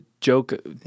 joke